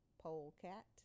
polecat